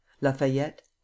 lafayette